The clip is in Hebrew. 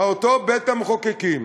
אותו בית-המחוקקים